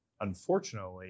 Unfortunately